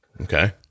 Okay